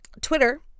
Twitter